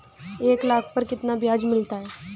एक लाख पर कितना ब्याज मिलता है?